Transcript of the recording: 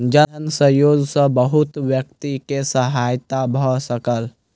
जन सहयोग सॅ बहुत व्यक्ति के सहायता भ सकल